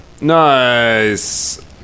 Nice